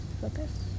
focus